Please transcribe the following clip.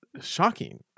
Shocking